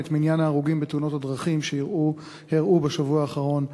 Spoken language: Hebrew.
את מניין ההרוגים בתאונות הדרכים שאירעו בשבוע האחרון.